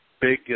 Big